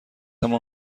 مان